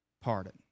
pardon